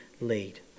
lead